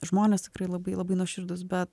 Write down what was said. žmonės tikrai labai labai nuoširdūs bet